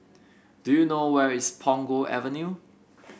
do you know where is Punggol Avenue